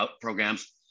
programs